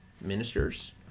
ministers